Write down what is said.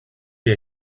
est